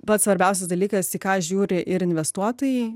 pats svarbiausias dalykas į ką žiūri ir investuotojai